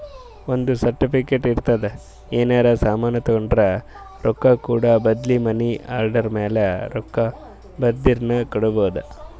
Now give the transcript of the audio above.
ಒಂದ್ ಸರ್ಟಿಫಿಕೇಟ್ ಇರ್ತುದ್ ಏನರೇ ಸಾಮಾನ್ ತೊಂಡುರ ರೊಕ್ಕಾ ಕೂಡ ಬದ್ಲಿ ಮನಿ ಆರ್ಡರ್ ಮ್ಯಾಲ ರೊಕ್ಕಾ ಬರ್ದಿನು ಕೊಡ್ಬೋದು